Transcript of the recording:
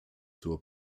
zur